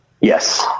Yes